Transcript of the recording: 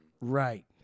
Right